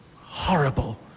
horrible